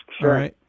Sure